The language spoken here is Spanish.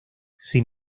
sin